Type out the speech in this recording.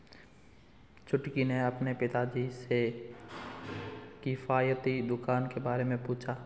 छुटकी ने अपने पिताजी से किफायती दुकान के बारे में पूछा